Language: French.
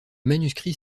manuscrits